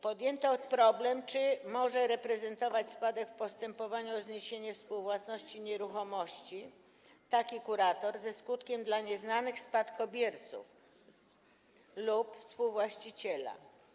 Podjęto problem, czy taki kurator może reprezentować spadek w postępowaniu o zniesienie współwłasności nieruchomości ze skutkiem dla nieznanych spadkobierców lub współwłaściciela.